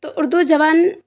تو اردو زبان